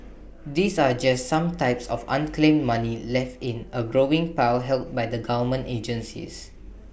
these are just some types of unclaimed money left in A growing pile held by the government agencies